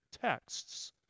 texts